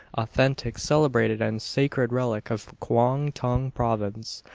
authentic, celebrated and sacred relic of kwong tung province,